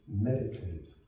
meditate